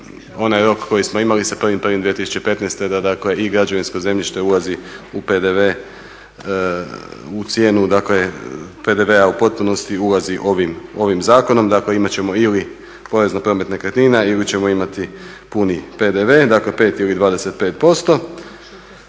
onaj rok koji smo imali sa 1.1.2015. da dakle i građevinsko zemljište ulazi u PDV, u cijenu dakle PDV-a u potpunosti ulazi ovim zakonom. Dakle, imat ćemo ili porez na promet nekretnina ili ćemo imati puni PDV. Dakle, 5 ili 25%.